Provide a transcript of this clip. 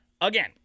again